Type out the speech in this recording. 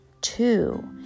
two